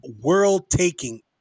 world-taking